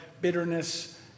bitterness